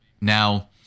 Now